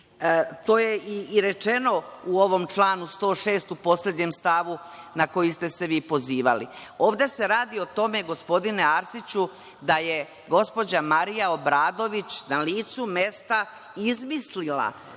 To je i rečeno u ovom članu 106. u poslednjem stavu, na koji ste se vi pozivali. Ovde se radi o tome, gospodine Arsiću, da je gospođa Marija Obradović na licu mesta izmislila